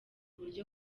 buryo